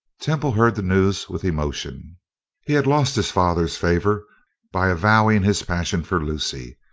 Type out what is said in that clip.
temple heard the news with emotion he had lost his father's favour by avowing his passion for lucy,